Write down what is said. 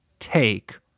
take